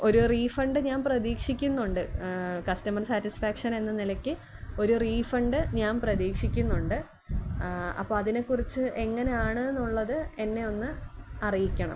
ഒരു റീഫണ്ട് ഞാന് പ്രതീക്ഷിക്കുന്നുണ്ട് കസ്റ്റമർ സാറ്റിസ്ഫാക്ഷൻ എന്ന നിലയ്ക്ക് ഒരു റീഫണ്ട് ഞാന് പ്രതീക്ഷിക്കുന്നുണ്ട് അപ്പോള് അതിനെക്കുറിച്ച് എങ്ങനെ ആണെന്നുള്ളത് എന്നെ ഒന്ന് അറിയിക്കണം